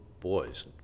boys